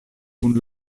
kun